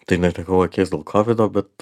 tai netekau akies dėl covido bet